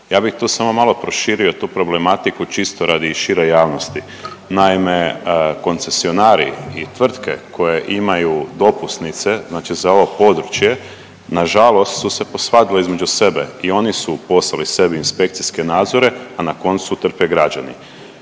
Ja bih tu samo malo proširio tu problematiku čisto radi šire javnosti. Naime, koncesionari i tvrtke koje imaju dopusnice znači za ovo područje na žalost su se posvadile između sebe i oni su poslali sebi inspekcijske nadzore, a na koncu trpe građani.